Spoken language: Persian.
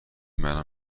منو